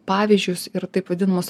pavyzdžius ir taip vadinamus